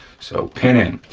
so pin in.